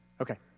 Okay